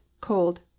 cold